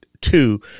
two